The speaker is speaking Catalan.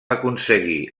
aconseguir